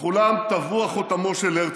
בכולם טבוע חותמו של הרצל.